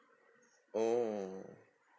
oh